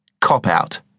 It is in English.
cop-out